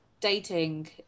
dating